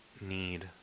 need